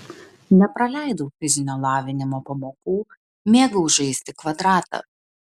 nepraleidau fizinio lavinimo pamokų mėgau žaisti kvadratą